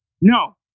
No